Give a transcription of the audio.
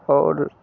और